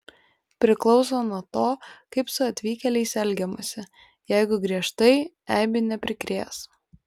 priklauso nuo to kaip su atvykėliais elgiamasi jeigu griežtai eibių neprikrės